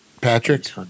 Patrick